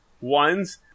ones